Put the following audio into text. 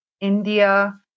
India